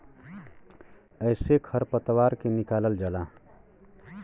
एसे खर पतवार के निकालल जाला